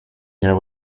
here